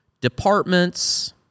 departments